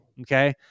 Okay